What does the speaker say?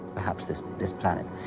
perhaps, this this planet.